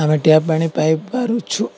ଆମେ ଟ୍ୟାପ ପାଣି ପାଇପାରୁଛୁ